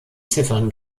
ziffern